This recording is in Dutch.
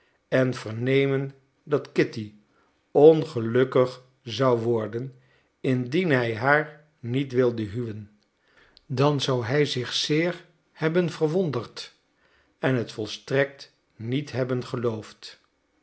en vernemen dat kitty ongelukkig zou worden indien hij haar niet wilde huwen dan zou hij zich zeer hebben verwonderd en het volstrekt niet hebben geloofd